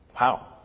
Wow